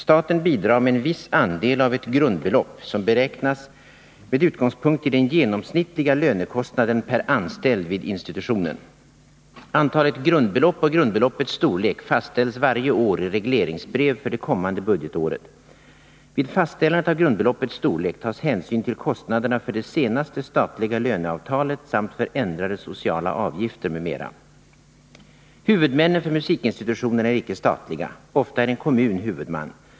Staten bidrar med en viss andel av ett grundbelopp som beräknas med utgångspunkt i den genomsnittliga lönekostnaden per anställd vid institutionen. Antalet grundbelopp och grundbeloppets storlek fastställs varje år i regleringsbrev för det kommande budgetåret. Vid fastställandet av grundbeloppets storlek tas hänsyn till kostnaderna för det senaste statliga löneavtalet samt för ändrade sociala avgifter m.m. Huvudmännen för musikinstitutionerna är icke statliga. Ofta är en kommun huvudman.